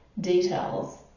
details